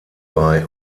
bei